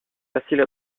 faciles